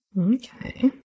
Okay